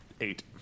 eight